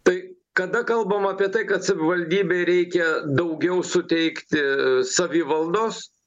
tai kada kalbam apie tai kad savivaldybei reikia daugiau suteikti savivaldos